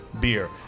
beer